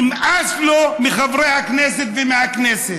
נמאס מחברי הכנסת ומהכנסת.